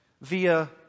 via